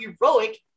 heroic